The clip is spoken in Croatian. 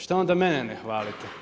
Šta onda mene ne hvalite?